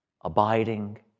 abiding